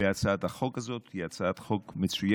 בהצעת החוק הזאת, היא הצעת חוק מצוינת.